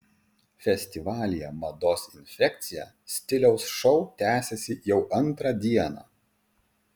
festivalyje mados infekcija stiliaus šou tęsiasi jau antrą dieną